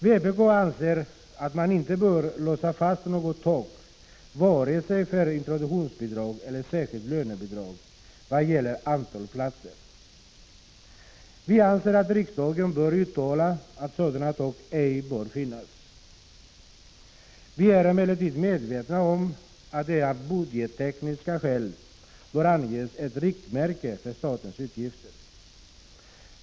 Vpk anser att man inte bör låsa fast något tak när det gäller antalet platser för vare sig introduktionsbidrag eller särskilt lönebidrag. Vi anser att riksdagen bör uttala att sådana tak ej bör finnas. Vi är emellertid medvetna om att det av budgettekniska skäl bör anges ett riktmärke för statens utgifter.